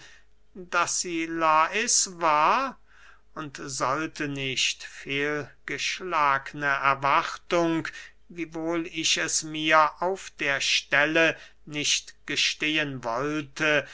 daß sie lais war und sollte nicht fehlgeschlagene erwartung wiewohl ich es mir auf der stelle nicht gestehen wollte